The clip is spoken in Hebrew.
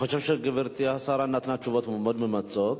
אני חושב שגברתי השרה נתנה תשובות מאוד ממצות,